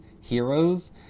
heroes